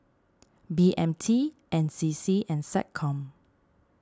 B M T N C C and SecCom